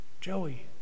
Joey